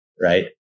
right